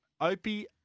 Opie